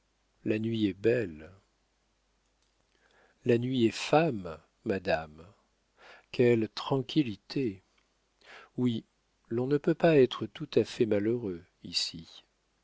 la nuit est belle la nuit est femme madame quelle tranquillité oui l'on ne peut pas être tout à fait malheureux ici